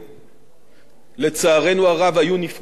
לצערנו הרב היו הרוגים